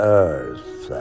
earth